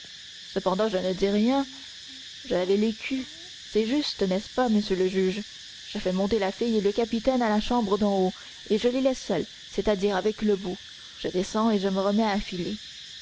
cependant je ne dis rien j'avais l'écu c'est juste n'est-ce pas monsieur le juge je fais monter la fille et le capitaine à la chambre d'en haut et je les laisse seuls c'est-à-dire avec le bouc je descends et je me remets à filer